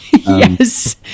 Yes